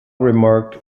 remarked